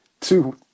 two